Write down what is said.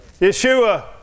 Yeshua